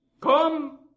come